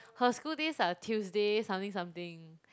her school days are Tuesdays something something